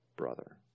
brother